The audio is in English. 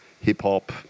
hip-hop